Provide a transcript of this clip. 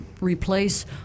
replace